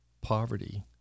poverty